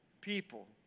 people